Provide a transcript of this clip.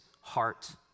heart